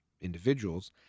individuals